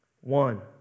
One